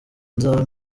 nzaba